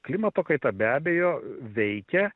klimato kaita be abejo veikia